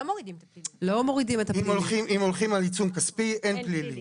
אם הולכים על עיצום כספי אין פלילי.